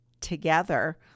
together